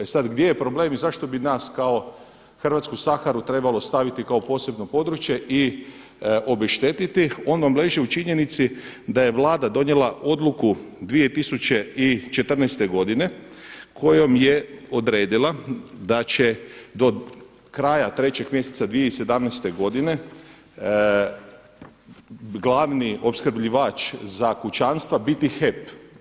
E sada gdje je problem i zašto bi nas kao hrvatsku Saharu trebalo staviti kako posebno područje i obeštetiti, on vam leži u činjenici da je Vlada donijela odluku 2014. kojom je odredila da će do kraja 3. mjeseca 2017. godine glavni opskrbljivač za kućanstva biti HEP.